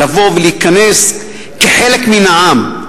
להיכנס כחלק מן העם,